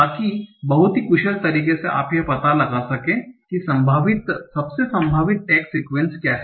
ताकि बहुत ही कुशल तरीके से आप यह पता लगा सकें कि सबसे संभावित टैग सीक्वन्स क्या है